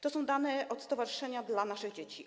To są dane stowarzyszenia Dla Naszych Dzieci.